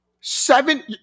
Seven